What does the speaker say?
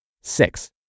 Six